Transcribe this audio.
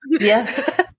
yes